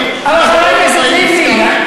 חבר הכנסת ריבלין,